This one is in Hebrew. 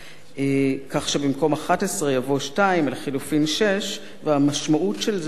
כך שבמקום 11 יבוא 2 ולחלופין 6. המשמעות של זה היא שאנחנו